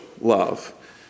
love